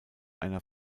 einer